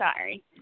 Sorry